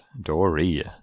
Dory